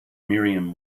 miriam